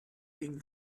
gingen